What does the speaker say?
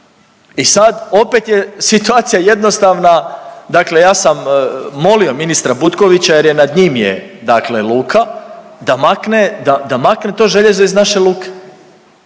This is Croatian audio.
I sad opet je situacija jednostavna, dakle ja sam molio ministra Butkovića jer je nad njim je dakle luka, da makne, da makne to željezo iz naše luke.